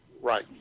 right